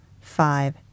five